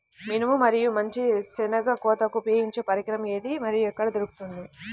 మినుము మరియు మంచి శెనగ కోతకు ఉపయోగించే పరికరం ఏది మరియు ఎక్కడ దొరుకుతుంది?